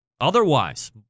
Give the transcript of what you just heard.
Otherwise